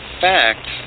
fact